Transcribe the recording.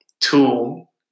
tool